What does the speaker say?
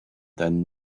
then